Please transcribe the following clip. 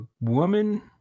woman